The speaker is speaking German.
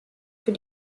für